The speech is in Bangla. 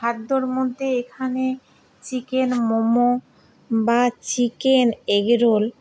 খাদ্যর মধ্যে এখানে চিকেন মোমো বা চিকেন এগরোল